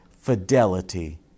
fidelity